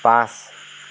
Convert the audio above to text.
পাঁচ